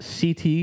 CT